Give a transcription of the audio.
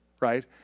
Right